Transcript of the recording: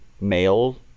male